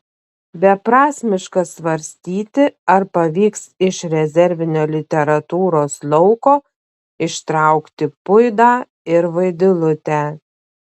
beprasmiška svarstyti ar pavyks iš rezervinio literatūros lauko ištraukti puidą ir vaidilutę